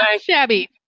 shabby